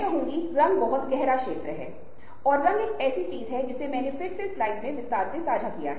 दूसरी ओर नेटवर्किंग लगभग तब तक चली है जब तक कि समाज स्वयं अस्तित्व में हैं